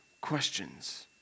questions